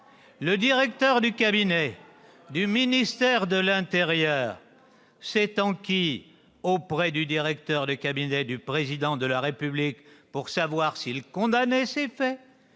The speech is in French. Le directeur de cabinet du ministère de l'intérieur s'est enquis auprès du directeur de cabinet du Président de la République pour savoir s'il condamnait ces faits.